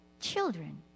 children